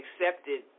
accepted